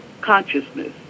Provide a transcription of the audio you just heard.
consciousness